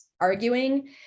arguing